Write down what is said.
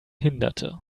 hinderte